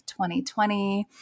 2020